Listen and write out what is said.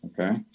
Okay